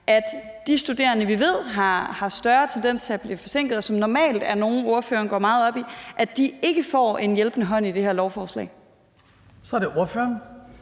at de studerende, som vi ved har en større tendens til at blive forsinket, og som normalt er nogle, ordføreren går meget op i, ikke får en hjælpende hånd i det her lovforslag. Kl. 16:13 Den